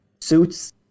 suits